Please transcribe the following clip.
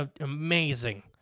amazing